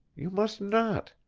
you must not!